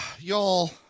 Y'all